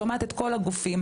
שומעת את כל הגופים,